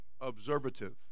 observative